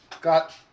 got